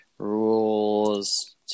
Rules